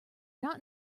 not